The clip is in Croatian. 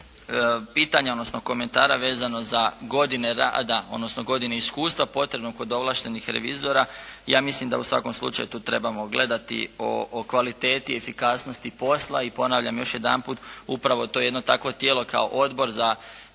pitanja, odnosno komentara vezano za godine rada, odnosno godine iskustva potrebno kod ovlaštenog revizora, ja mislim da u svakom slučaju tu trebamo gledati o kvaliteti i efikasnosti posla i ponavljam još jedanput upravo to jedno takvo tijelo kao Odbor za